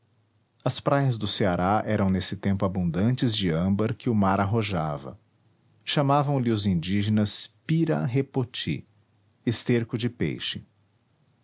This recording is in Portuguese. as praias do ceará eram nesse tempo abundantes de âmbar que o mar arrojava chamavam-lhe os indígenas pira repoti esterco de peixe